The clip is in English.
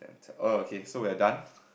oh okay so we're done